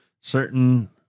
certain